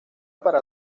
para